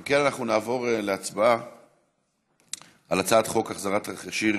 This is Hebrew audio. ההצעה להעביר את הצעת חוק החזקת תכשיר